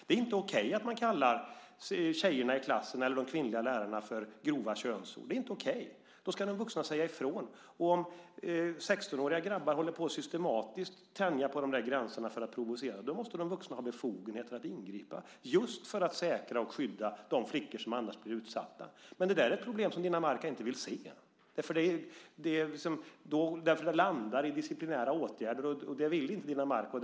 Det är inte okej att man kallar tjejerna i klassen eller de kvinnliga lärarna för grova könsord. Det är inte okej. Då ska de vuxna säga ifrån. Om 16-åriga grabbar systematiskt tänjer på dessa gränser för att provocera måste de vuxna ha befogenheter att ingripa just för att säkra och skydda de flickor som annars blir utsatta. Men det är ett problem som Dinamarca inte vill se. Det landar i disciplinära åtgärder, och det vill inte Dinamarca.